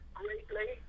greatly